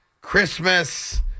Christmas